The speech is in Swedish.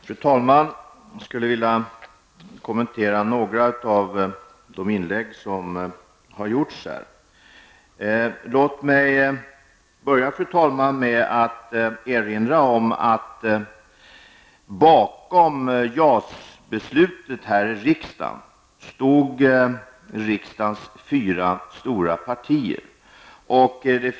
Fru talman! Jag vill kommentera några av de inlägg som har gjorts här. Jag börjar med att erinra om att bakom JAS-beslutet här i riksdagen stod riksdagens fyra stora partier.